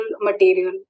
material